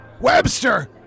Webster